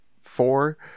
four